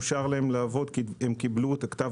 אושר להם לעבוד כי הם קיבלו את כתב